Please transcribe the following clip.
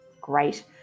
great